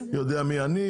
יודע מי עני,